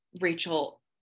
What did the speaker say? Rachel